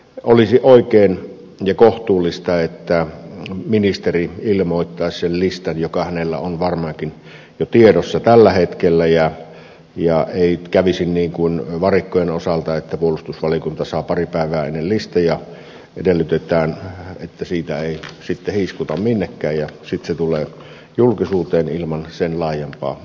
olisi oikein ja kohtuullista että ministeri ilmoittaisi sen listan joka hänellä on varmaankin jo tiedossa tällä hetkellä ettei kävisi niin kuin varikkojen osalta että puolustusvaliokunta saa pari päivää ennen listan ja edellytetään että siitä ei sitten hiiskuta minnekään ja sitten se tulee julkisuuteen ilman sen laajempaa eduskuntakäsittelyä